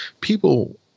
people